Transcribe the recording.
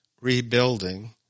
rebuilding